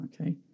okay